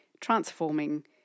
transforming